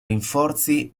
rinforzi